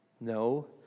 no